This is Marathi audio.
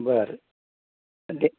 बरं पण ते